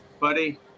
Buddy